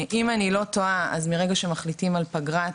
אם אני לא טועה מרגע שמחליטים על פגרת